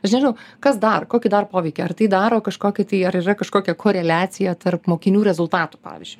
aš nežinau kas dar kokį dar poveikį ar tai daro kažkokį tai ar yra kažkokia koreliacija tarp mokinių rezultatų pavyzdžiui